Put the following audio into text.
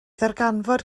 ddarganfod